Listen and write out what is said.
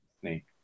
snake